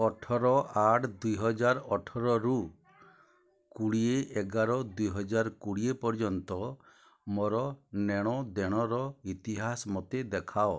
ଅଠର ଆଠ ଦୁଇ ହଜାର ଅଠରରୁ କୁଡ଼ିଏ ଏଗାର ଦୁଇ ହଜାର କୁଡ଼ିଏ ପର୍ଯ୍ୟନ୍ତ ମୋ ନେଣ ଦେଣର ଇତିହାସ ମୋତେ ଦେଖାଅ